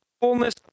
fullness